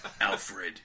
Alfred